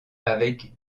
avec